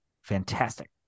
Fantastic